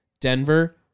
Denver